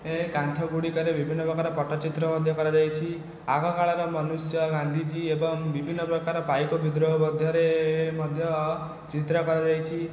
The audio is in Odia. ଏ କାନ୍ଥ ଗୁଡ଼ିକରେ ବିଭିନ୍ନ ପ୍ରକାର ପଟ୍ଟଚିତ୍ର ମଧ୍ୟ କରାଯାଇଛି ଆଗ କାଳର ମନୁଷ୍ୟ ଗାନ୍ଧୀଜୀ ଏବଂ ବିଭିନ୍ନ ପ୍ରକାର ପାଇକ ବିଦ୍ରୋହ ମଧ୍ୟରେ ମଧ୍ୟ ଚିତ୍ର କରାଯାଇଛି